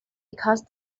because